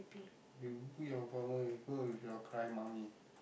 you book your appointment you go with your cry mummy